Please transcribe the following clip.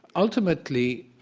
ultimately,